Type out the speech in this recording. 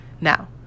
Now